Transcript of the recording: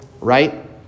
Right